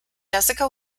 jessica